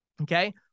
Okay